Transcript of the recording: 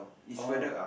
oh